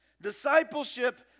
Discipleship